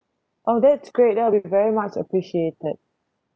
oh that's great that will be very much appreciated